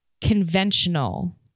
conventional